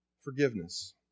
forgiveness